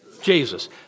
Jesus